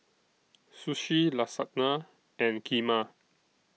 Sushi Lasagna and Kheema